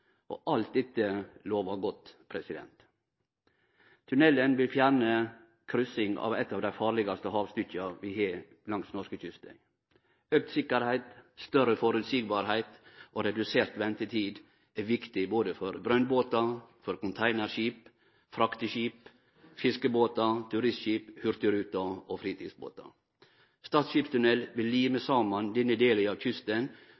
og alt dette lovar godt. Tunnelen vil fjerne kryssing av eit av dei farlegaste havstykka vi har langs norskekysten. Auka sikkerheit, meir føreseielege vilkår og redusert ventetid er viktig både for brønnbåtar, containerskip, frakteskip, fiskebåtar, turistskip, hurtigruta og fritidsbåtar. Stad skipstunnel vil lime saman denne delen av kysten,